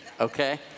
okay